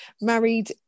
married